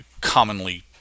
commonly